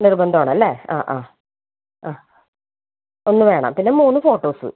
നിർബന്ധമാണല്ലേ ആ ആ ആ ഒന്ന് വേണം പിന്നെ മൂന്ന് ഫോട്ടോസ്